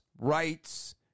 rights